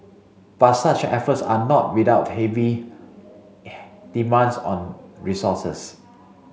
but such efforts are not without heavy demands on resources